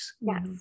Yes